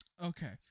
Okay